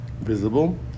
visible